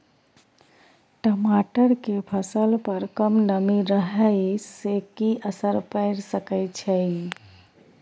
टमाटर के फसल पर कम नमी रहै से कि असर पैर सके छै?